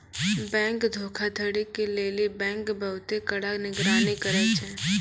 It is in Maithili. बैंक धोखाधड़ी के लेली बैंक बहुते कड़ा निगरानी करै छै